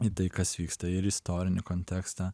į tai kas vyksta ir istorinį kontekstą